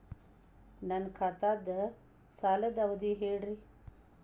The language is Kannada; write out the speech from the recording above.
ನನ್ನ ಖಾತಾದ್ದ ಸಾಲದ್ ಅವಧಿ ಹೇಳ್ರಿ